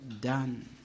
done